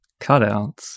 cutouts